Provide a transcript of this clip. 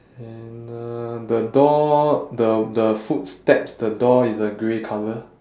and uh the door the the footsteps the door is uh grey colour